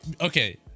Okay